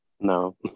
No